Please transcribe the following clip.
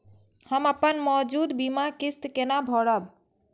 हम अपन मौजूद बीमा किस्त केना भरब?